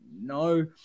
No